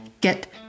get